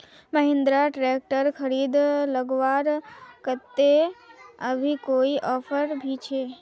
Mahindra tractor खरीद लगवार केते अभी कोई ऑफर भी छे?